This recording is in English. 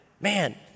Man